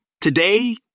Today